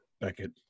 Beckett